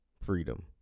freedom